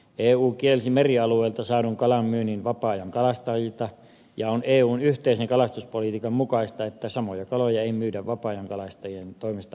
eu kielsi merialueilta saadun kalan myynnin vapaa ajankalastajilta ja on eun yhteisen kalastuspolitiikan mukaista että samoja kaloja ei myydä vapaa ajankalastajien toimesta muuallakaan